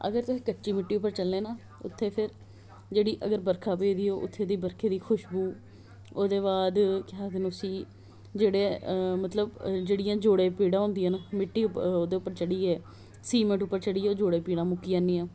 अगर तुसें कच्ची मिटी उप्पर चलने ना उत्थे फिर जेहड़ी बर्खा पेदी होग उत्थै दी बरखे दी खश्बू ओहदे बाद केह् आक्खदे ना उसी जेहडे़ मतलब जेहडियां जोडे़ं गी पीड़ां होदिया ना मिट्टी उप्पर ओहदे उप्पर चढि़यै सीमेंट उप्पर चढि़यै जोडे़ं गी पीड़ां मुक्की जानिया